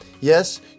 Yes